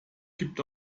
gibt